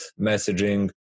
messaging